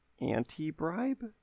anti-bribe